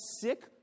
sick